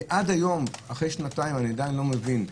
אחרי שנתיים עדיין איני מבין,